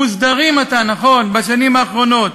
מוסדרים עתה, נכון, בשנים האחרונות.